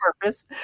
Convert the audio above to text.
purpose